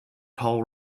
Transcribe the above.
tall